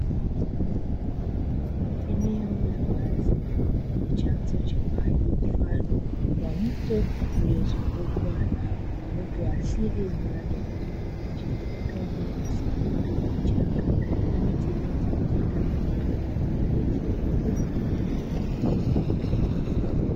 Eneo la wazi lenye chanzo cha maji mfano wa mto uliyozungukwa na uoto wa asili, wenye rangi ya kijani kibichi kama vile nyasi fupi, vichaka, na miti iliyotawanyika na kutengeneza mandhari nzuri.